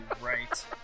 Right